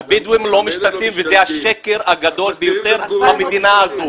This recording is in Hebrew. הבדואים לא משתלטים וזה השקר הגדול ביותר במדינה הזו.